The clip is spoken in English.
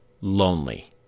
Lonely